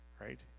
right